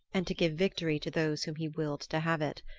and to give victory to those whom he willed to have it.